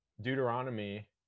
deuteronomy